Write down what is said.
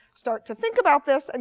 start to think about this? and